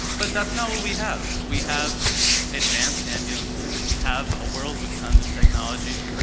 but that's not what we have. we have advanced ambulances, we have a world with tons of technology,